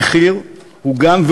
המחיר הוא גם,